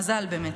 מזל, באמת.